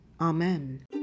Amen